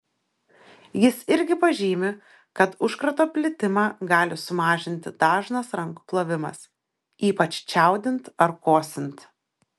jis irgi pažymi kad užkrato plitimą gali sumažinti dažnas rankų plovimas ypač čiaudint ar kosint